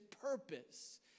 purpose